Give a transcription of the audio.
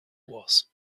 was